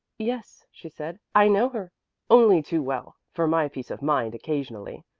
yes, she said, i know her only too well for my peace of mind occasionally.